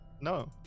No